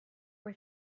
were